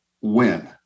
win